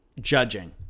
judging